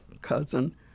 cousin